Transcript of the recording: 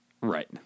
Right